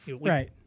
right